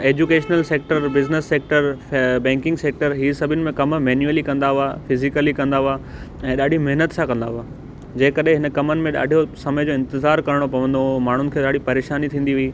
educational sector business sector banking sector हीउ सभिनि में कमु मैन्यूअली कंदा हुआ फिज़ीकली कंदा हुआ ऐं ॾाढी महिनत सां कंदा हुआ जेकॾहिं हिन कमनि में ॾाढो समय जो इंतिज़ारु करिणो पवंदो हुओ माण्हुनि खे ॾाढी परेशानी थींदी हुई